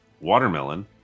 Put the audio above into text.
Watermelon